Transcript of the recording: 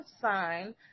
sign